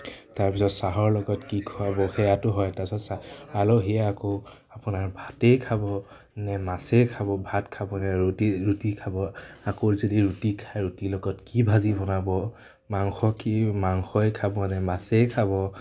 তাৰপিছত চাহৰ লগত কি খুৱাব সেয়াতো হয় তাছত আলহীয়ে আকৌ আপোনাৰ ভাতেই খাবনে মাছেই খাব ভাত খাবনে ৰুটি ৰুটি খাব আকৌ যদি ৰুটি খায় ৰুটিৰ লগত কি ভাজি বনাব মাংস কি মাংসই খাব নে মাছেই খাব